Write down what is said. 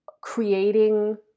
creating